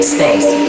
Space